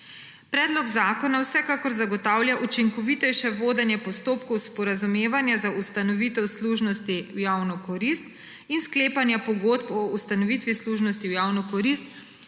Predlog zakona vsekakor zagotavlja učinkovitejše vodenje postopkov sporazumevanja za ustanovitev služnosti v javno korist in sklepanja pogodb o ustanovitvi služnosti v javno korist,